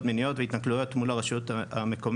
מיניות והתנכלויות מול הרשות המקומית.